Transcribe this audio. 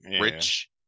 rich